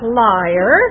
liar